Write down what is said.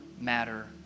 matter